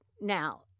Now